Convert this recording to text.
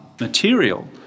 material